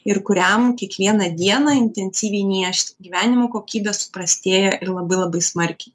ir kuriam kiekvieną dieną intensyviai niežti gyvenimo kokybė suprastėja ir labai labai smarkiai